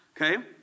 Okay